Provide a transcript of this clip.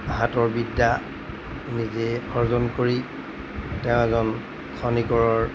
হাতৰ বিদ্যা নিজে অৰ্জন কৰি তেওঁ এজন খনিকৰৰ